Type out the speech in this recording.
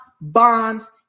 bonds